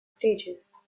stages